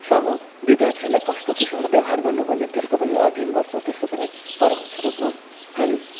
सामु विद्यार्थीहरूलाई कस्तो किसिमको व्यवहार गर्नुपर्ने त्यसको पनि अध्ययन गर्छौँ त्यसको पनि परोक्ष रूपमा हामी